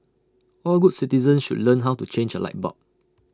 all good citizens should learn how to change A light bulb